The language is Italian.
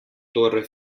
torre